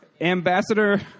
Ambassador